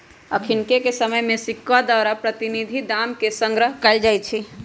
अखनिके समय में सिक्का द्वारा प्रतिनिधि दाम के संग्रह कएल जाइ छइ